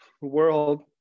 world